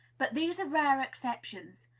but these are rare exceptions.